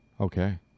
Okay